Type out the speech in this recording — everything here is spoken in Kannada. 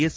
ಎಸ್